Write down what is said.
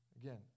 Again